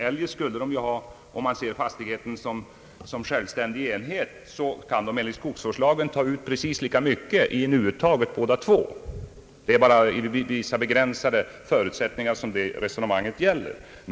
Eljest skulle, om man ser fastigheten som självständig enhet, både den mindre och den större skogsägaren enligt skogsvårdslagen kunna ta ut precis lika mycket i nuuttaget. Det är alltså bara under vissa begränsade förutsättningar som herr Waärnbergs resonemang gäller.